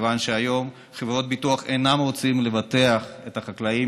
מכיוון שהיום חברות הביטוח אינן רוצות לבטח את החקלאים